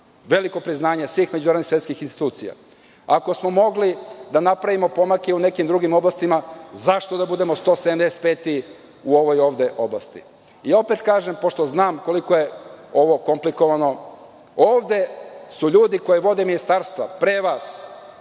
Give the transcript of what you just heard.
veliko priznanje svih međunarodnih, svetskih institucija. Ako smo mogli da napravimo pomake i u nekim drugim oblastima zašto da budemo 185 u ovoj ovde oblasti. Opet kažem pošto znam koliko je ovo komplikovano, ovde su ljudi koji vode ministarstva pre vas,